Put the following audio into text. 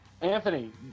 anthony